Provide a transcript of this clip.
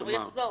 הוא יחזור.